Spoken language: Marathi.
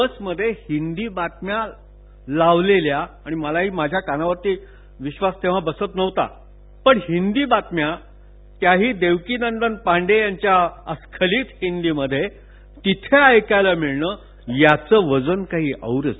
बसमध्ये हिंदी बातम्या लावलेल्या आणि मलाही माझ्या कानांवर विश्वास तेव्हा बसत नव्हता पण हिंदी बातम्या त्याही देवकीनंदन पाण्डे यांच्या अस्खलित हिंदीमध्ये तीथे ऐकायला मिळणं याचं वजन काही औरच